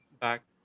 back